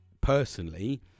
personally